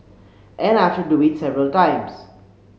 and I have had to do it several times